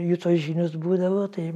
jų tos žinios būdavo tai